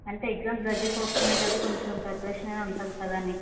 అంటే ఎగ్జామ్స్ దగ్గరకు వస్తున్నాయి కదా కొంచెం ప్రిపరేషన్గా ఉంటుంది కదా అని